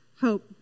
hope